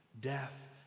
death